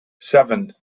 seven